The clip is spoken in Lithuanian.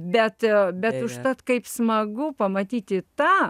bet bet užtat kaip smagu pamatyti tą